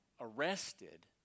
arrested